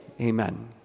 Amen